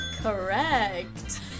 Correct